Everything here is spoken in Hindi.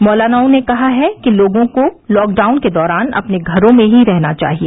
मौलानाओं ने कहा है कि लोगों को लॉकडाउन के दौरान अपने घरों में ही रहना चाहिए